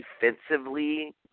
defensively